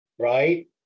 right